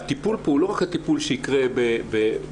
הטיפול פה הוא לא רק הטיפול שיקרה באילת